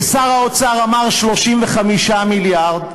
ושר האוצר אמר 35 מיליארד,